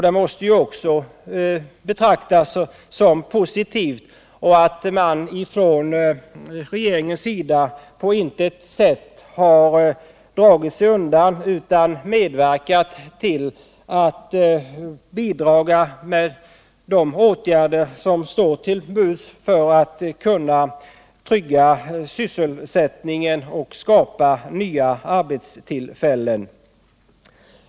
Det måste betraktas som positivt och visar att man ifrån regeringens sida på intet sätt har dragit sig undan utan bidragit med de åtgärder som står till buds för att trygga sysselsättningen och skapa nya arbetstillfällen.